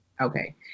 Okay